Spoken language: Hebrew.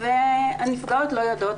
וכך הנפגעות לא יודעות,